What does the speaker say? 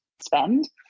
spend